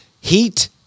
heat